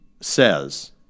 says